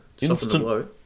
Instant